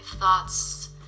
thoughts